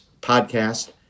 podcast